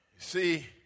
See